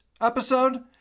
episode